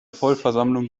vollversammlung